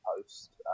post